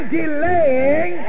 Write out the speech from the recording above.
delaying